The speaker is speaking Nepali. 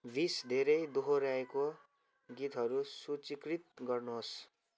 बिस धेरै दोहोऱ्याइएको गीतहरू सूचिकृत गर्नुहोस्